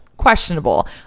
questionable